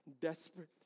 desperate